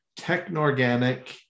technorganic